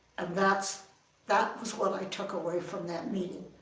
and that that was what i took away from that meeting.